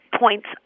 points